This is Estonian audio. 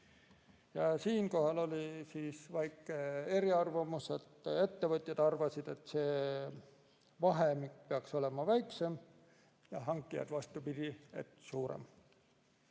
Siinkohal oli väike eriarvamus: ettevõtjad arvasid, et see vahemik peaks olema väiksem, aga hankijad, vastupidi, et suurem.